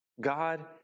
God